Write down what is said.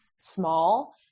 small